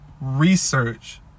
research